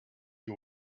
you